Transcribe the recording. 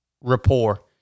Rapport